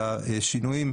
והשינויים,